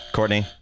Courtney